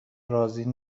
راضی